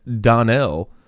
Donnell